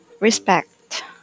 Respect